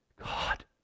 God